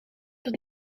dat